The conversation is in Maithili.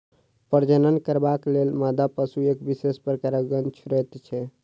प्रजनन करबाक लेल मादा पशु एक विशेष प्रकारक गंध छोड़ैत छै